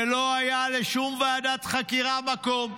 ולא היה לשום ועדת חקירה מקום,